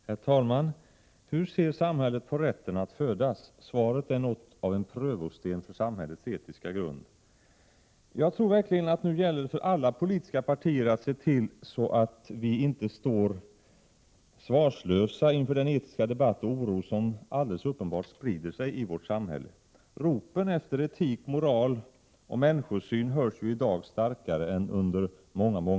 Herr talman! Hur ser samhället på rätten att födas? Svaret är något av en prövosten för samhällets etiska grund. Jag tror att det nu gäller för alla politiska partier att se till att vi inte står svarslösa inför den etiska debatt och oro som alldeles uppenbart sprider sig i vårt samhälle. Ropen efter etik, moral och människosyn hörs i dag starkare än under många år.